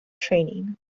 training